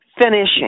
finishing